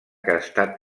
estat